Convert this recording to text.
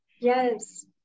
Yes